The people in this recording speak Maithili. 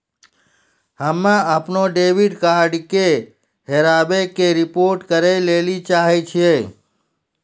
हम्मे अपनो डेबिट कार्डो के हेराबै के रिपोर्ट करै लेली चाहै छियै